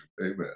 amen